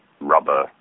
rubber